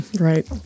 right